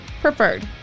Preferred